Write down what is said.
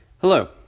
Hello